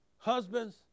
Husbands